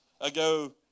ago